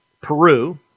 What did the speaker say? Peru